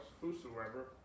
whosoever